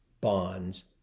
bonds